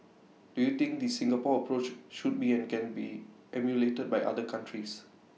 do you think this Singapore approach should be and can be emulated by other countries